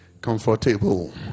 comfortable